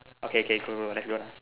okay K go go let's go